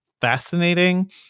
fascinating